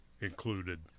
included